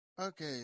Okay